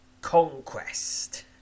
conquest